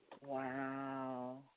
Wow